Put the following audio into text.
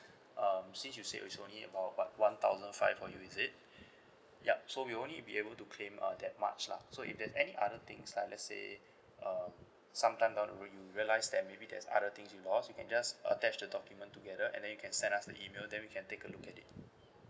um since you said it's only about what one thousand five for you is it yup so we only be able to claim uh that much lah so if there's any other things like let's say um some time down the road you realise that maybe there's other things you lost you can just attach the document together and then you can send us the email then we can take a look at it